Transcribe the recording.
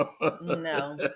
No